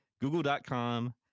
Google.com